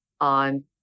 on